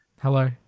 Hello